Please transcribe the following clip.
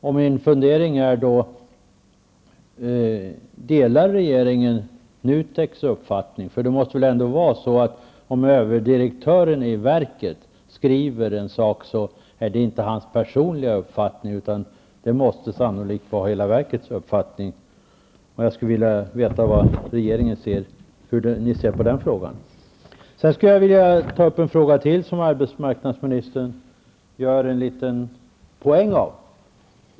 Jag undrar därför: Delar regeringen NUTEKs uppfattning? Om överdirektören i ett verk skriver en sak, kan det knappast vara hans personliga uppfattning, utan han måste väl representera hela verkets uppfattning. Jag skulle vilja veta hur ni i regeringen ser på den frågan. Jag vill ta upp ytterligare en fråga, som arbetsmarknadsministern gjorde en poäng av.